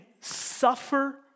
suffer